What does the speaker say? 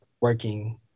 working